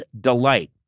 delight